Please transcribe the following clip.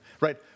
Right